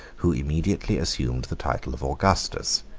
who immediately assumed the title of augustus.